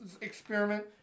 experiment